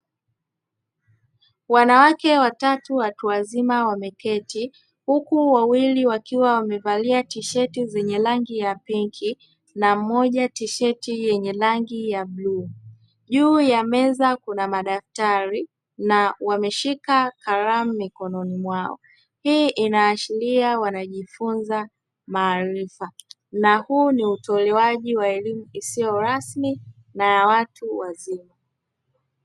Wanawake watatu watu wazima wameketi huku wawili wakiwa wamevalia tisheti zenye rangi ya pinki na mmoja tisheti lenye rangi ya bluu juu ya meza kuna madaftari na wameshika kalamu mikononi mwao, hii inaashiria wanajifunza maarifa na huu ni utolewaji wa elimu isiyo rasmi na ya watu wazima.